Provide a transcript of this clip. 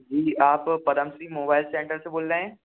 जी आप Padmashri mobile centre से बोल रहे हैं